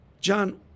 John